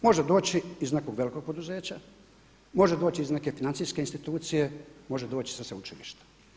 Može doći iz nekog velikog poduzeća, može doći iz neke financijske institucije, može doći sa sveučilišta.